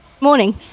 morning